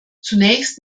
zunächst